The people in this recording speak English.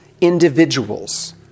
individuals